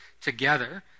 together